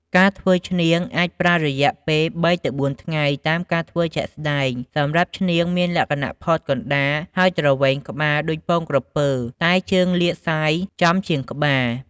ការធ្វើឈ្នាងអាចប្រើរយៈពេល ៣ទៅ៤ថ្ងៃតាមការធ្វើជាក់ស្តែងសម្រាប់ឈ្នាងមានលក្ខណៈផតកណ្តាល ហើយទ្រវែងក្បាលដូចពងក្រពើតែជើងលាតសាយចំជាងក្បាល។